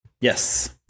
Yes